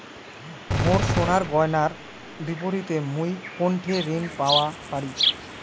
মোর সোনার গয়নার বিপরীতে মুই কোনঠে ঋণ পাওয়া পারি?